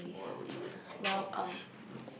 what would you accomplish mm